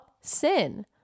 sin